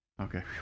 Okay